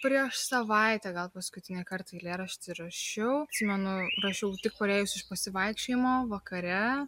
prieš savaitę gal paskutinį kartą eilėraštį rašiau atsimenu rašiau tik parėjusi iš pasivaikščiojimo vakare